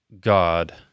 God